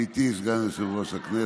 עמיתי סגן יושב-ראש הכנסת,